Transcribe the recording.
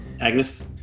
Agnes